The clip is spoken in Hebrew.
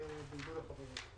כך שלא ראינו שום בעיה.